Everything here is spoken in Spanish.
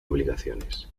obligaciones